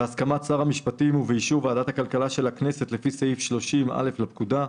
בהסכמת שר המשפטים ובאישור ועדת הכלכלה של הכנסת לפי סעיף 30(א) לפקודה,